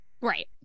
Right